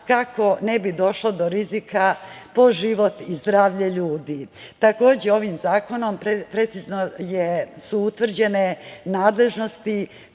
kako ne bi došlo do rizika po život i zdravlje ljudi. Ovim zakonom precizno su utvrđene nadležnosti